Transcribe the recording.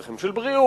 צרכים של בריאות,